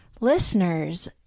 Listeners